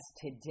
today